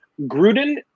Gruden